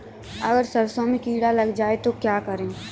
अगर सरसों में कीड़ा लग जाए तो क्या करें?